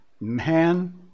man